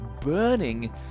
burning